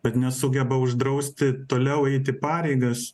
bet nesugeba uždrausti toliau eiti pareigas